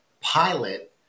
pilot